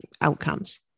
outcomes